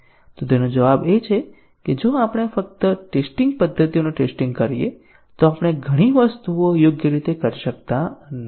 તો તેનો જવાબ એ છે કે જો આપણે ફક્ત પદ્ધતિઓનું ટેસ્ટીંગ કરીએ તો આપણે ઘણી વસ્તુઓ યોગ્ય રીતે કરી શકતા નથી